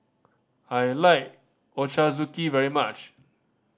I like Ochazuke very much